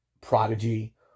prodigy